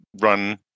run